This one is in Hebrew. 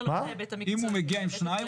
אם הוא מגיע עם שניים,